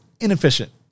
inefficient